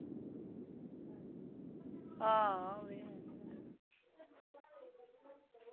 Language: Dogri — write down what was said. हां ओह् बी ऐ